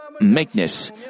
meekness